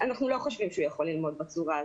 אנחנו לא חושבים שהוא יכול ללמוד בצורה הזאת,